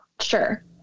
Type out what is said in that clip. Sure